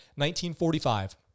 1945